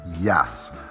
Yes